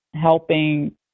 helping